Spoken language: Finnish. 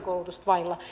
häntä mukaillen